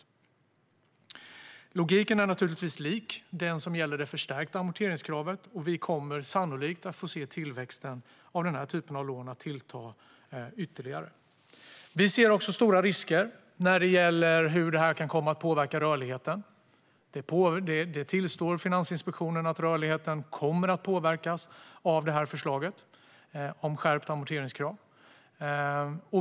Eftersom logiken givetvis är lik för det förstärkta amorteringskravet kommer vi sannolikt att se tillväxten av denna typ av lån tillta ytterligare. Vi ser också stora risker för att detta kan komma att påverka rörligheten. Finansinspektionen tillstår att rörligheten kommer att påverkas av detta förslag om skärpt amorteringskrav.